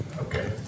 okay